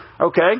okay